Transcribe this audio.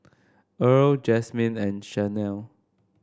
Earl Jasmyne and Chanelle